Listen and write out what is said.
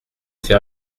fait